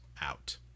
out